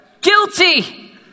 guilty